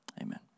amen